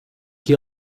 que